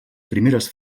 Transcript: primeres